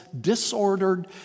disordered